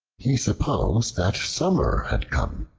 he supposed that summer had come,